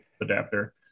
adapter